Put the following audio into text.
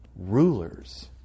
rulers